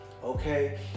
Okay